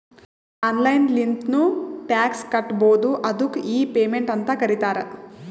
online ಲಿಂತ್ನು tax ಕಟ್ಬೋದು ಅದ್ದುಕ್ ಇ ಪೇಮೆಂಟ್ ಅಂತ್ ಕರೀತಾರ